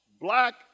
black